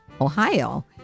Ohio